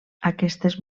aquestes